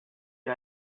wie